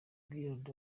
giroud